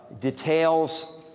details